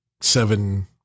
seven